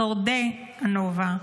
שורדי הנובה,